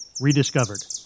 rediscovered